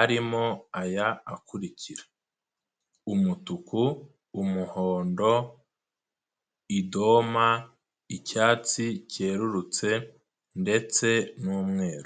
arimo aya akurikira; umutuku, umuhondo, idoma, icyatsi cyerurutse ndetse n'umweru.